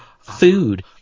food